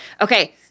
Okay